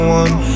one